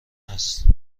است